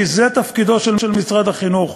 כי זה תפקידו של משרד החינוך.